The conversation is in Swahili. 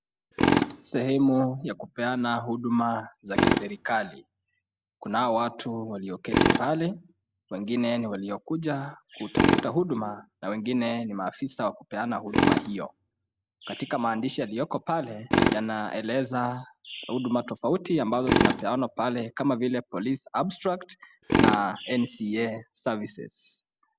Sehemu ya kupeana huduma za kiserikali, kunao watu walioketi pale, wengine ni waliokuja kutafuta huduma na wengine ni maafisa wa kupeana huduma hiyo. Katika maandishi yalioko pale, yanaeleza huduma tofauti ambazo zinapeanwa pale, kama vile Police Abstract na NCA Services .